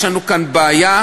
יש לנו כאן בעיה,